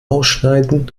ausschneiden